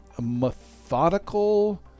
methodical